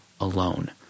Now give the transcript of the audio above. alone